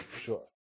Sure